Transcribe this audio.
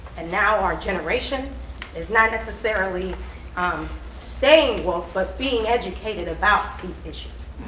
and now our generation is not necessarily um staying woke, but being educated about these issues.